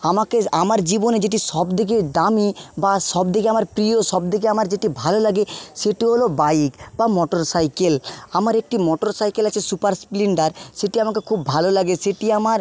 আমাকে আমার জীবনে যদি সবথেকে দামি বা সবথেকে আমার প্রিয় সবথেকে আমার যেটি ভালো লাগে সেটি হল বাইক বা মোটর সাইকেল আমার একটি মোটর সাইকেল আছে সুপার স্প্লেন্ডার সেটি আমাকে খুব ভালো লাগে সেটি আমার